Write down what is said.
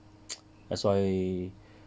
that's why